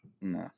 No